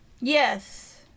Yes